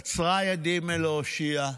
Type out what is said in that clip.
קצרה ידי מלהושיע,